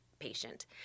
patient